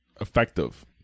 effective